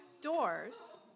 doors